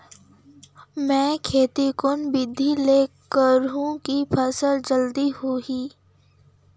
मै खेती कोन बिधी ल करहु कि फसल जादा होही